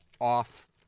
off